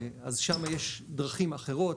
אז שם יש דרכים אחרות,